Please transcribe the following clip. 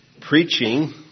preaching